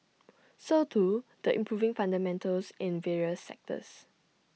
so too the improving fundamentals in various sectors